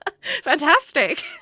Fantastic